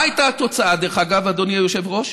מה הייתה התוצאה, דרך אגב, אדוני היושב-ראש?